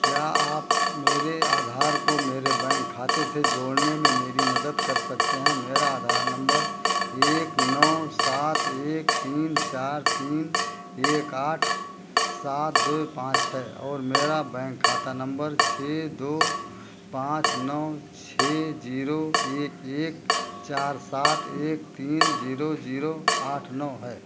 क्या आप मेरे आधार को मेरे बैंक खाते से जोड़ने में मेरी मदद कर सकते हैं मेरा आधार नम्बर एक नौ सात एक तीन चार तीन एक आठ सात दो पाँच है और मेरा बैंक खाता नम्बर छः दो पाँच नौ छः जीरो एक एक चार सात एक तीन जीरो जीरो आठ नौ है